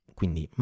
Quindi